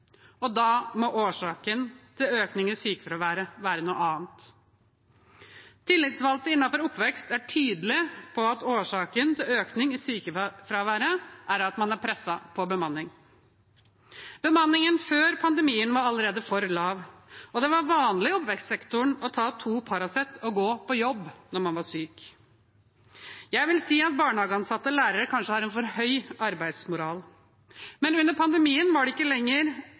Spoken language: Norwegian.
Da må årsaken til økning i sykefraværet være noe annet. Tillitsvalgte innenfor oppvekst er tydelige på at årsaken til økning i sykefraværet er at man er presset på bemanning. Bemanningen før pandemien var allerede for lav, og det var vanlig i oppvekstsektoren å ta to Paracet og gå på jobb når man var syk. Jeg vil si at barnehageansatte og lærere kanskje har en for høy arbeidsmoral, men under pandemien var det ikke lenger